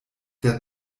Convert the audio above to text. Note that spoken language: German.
der